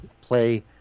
play